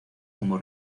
como